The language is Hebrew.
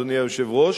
אדוני היושב-ראש,